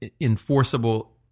enforceable